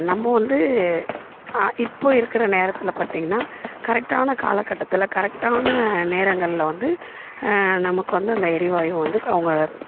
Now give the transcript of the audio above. நம்ம வந்து இப்போது இருக்கிற நேரத்தில் பார்த்திங்கன்னா கரெக்டான காலகட்டத்தில் கரெக்டான நேரங்களில் வந்து நமக்கு வந்து அந்த எரிவாயுவை வந்து அவங்க